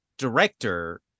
director